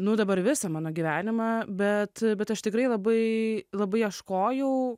nu dabar visą mano gyvenimą bet bet aš tikrai labai labai ieškojau